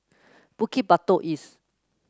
Bukit Batok East